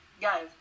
guys